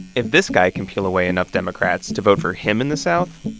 if this guy can peel away enough democrats to vote for him in the south,